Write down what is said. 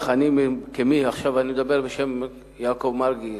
עכשיו אני מדבר בשם יעקב מרגי,